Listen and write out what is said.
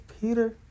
Peter